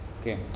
Okay